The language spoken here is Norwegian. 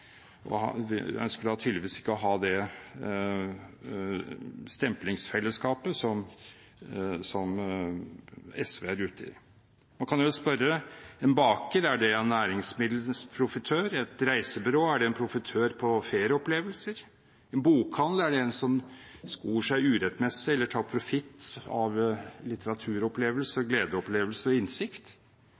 tydeligvis ikke å ha det stemplingsfellesskapet som SV er ute etter. Man kan spørre: En baker, er det en næringsmiddelprofitør? Et reisebyrå, er det en profitør på ferieopplevelser? En bokhandel, er det en som skor seg urettmessig eller tar profitt av litteraturopplevelser, opplevelser av glede og innsikt?